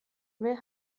wer